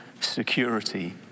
security